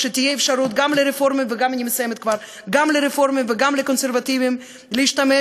שתהיה אפשרות גם לרפורמים וגם לקונסרבטיבים להשתמש